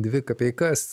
dvi kapeikas